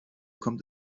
kommt